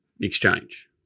exchange